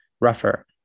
rougher